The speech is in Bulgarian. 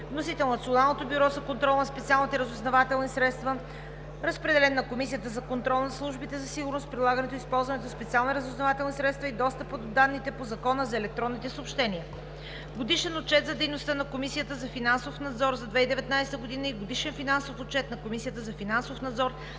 Вносител – Националното бюро за контрол на специалните разузнавателни средства. Разпределен на Комисията за контрол над службите за сигурност, прилагането и използването на специални разузнавателни средства и достъпа до данните по закона за електронните съобщения. Годишен отчет за дейността на Комисията за финансов надзор за 2019 г., част от който е и Отчетът за изпълнението на бюджета за Комисията за финансов надзор